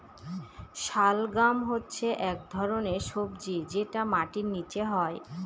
শালগাম হচ্ছে এক ধরনের সবজি যেটা মাটির নীচে হয়